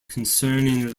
concerning